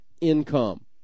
income